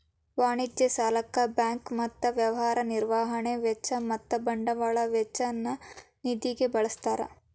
ವಾಣಿಜ್ಯ ಸಾಲಕ್ಕ ಬ್ಯಾಂಕ್ ಮತ್ತ ವ್ಯವಹಾರ ನಿರ್ವಹಣಾ ವೆಚ್ಚ ಮತ್ತ ಬಂಡವಾಳ ವೆಚ್ಚ ನ್ನ ನಿಧಿಗ ಬಳ್ಸ್ತಾರ್